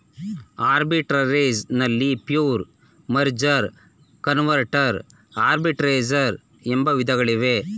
arbitrage ನಲ್ಲಿ pure, merger, converter arbitrage ಎಂಬ ವಿಧಗಳಿವೆ